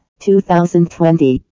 2020